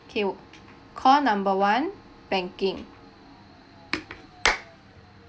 okay call number one banking